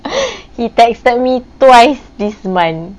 he texted me twice this month